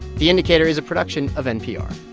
the indicator is a production of npr